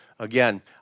Again